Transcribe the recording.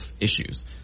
issues